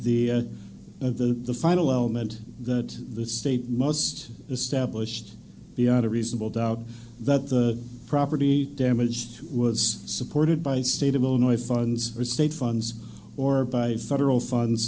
the of the the final element that the state must established beyond a reasonable doubt that the property damage was supported by the state of illinois funds or state funds or by federal funds